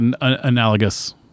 analogous